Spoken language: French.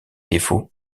défaut